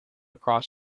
cross